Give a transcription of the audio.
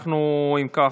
אם כך,